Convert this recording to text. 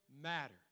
matter